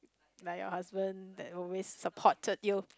like your husband that always supported you